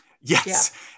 Yes